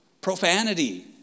profanity